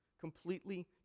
completely